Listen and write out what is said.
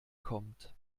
kommt